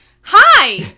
hi